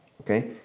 okay